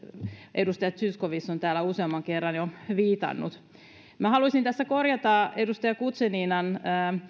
edustaja zyskowicz on täällä useamman kerran jo viitannut minä haluaisin tässä korjata edustaja guzeninan